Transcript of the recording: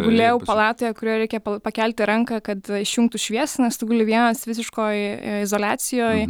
gulėjau palatoje kurioje reikia pakelti ranką kad išjungtų šviesą nes tu guli vienas visiškoj izoliacijoj